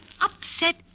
upset